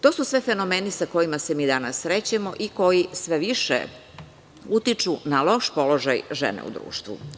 To su sve fenomeni sa kojima se mi danas srećemo i koji sve više utiču na loš položaj žene u društvu.